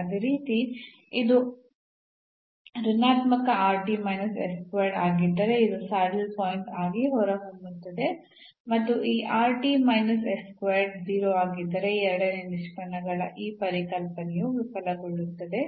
ಅದೇ ರೀತಿ ಇದು ಋಣಾತ್ಮಕ ಆಗಿದ್ದರೆ ಇದು ಸ್ಯಾಡಲ್ ಪಾಯಿಂಟ್ ಆಗಿ ಹೊರಹೊಮ್ಮುತ್ತದೆ ಮತ್ತು ಈ 0 ಆಗಿದ್ದರೆ ಎರಡನೇ ನಿಷ್ಪನ್ನಗಳ ಈ ಪರೀಕ್ಷೆಯು ವಿಫಲಗೊಳ್ಳುತ್ತದೆ